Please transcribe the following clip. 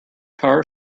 car